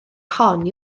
hon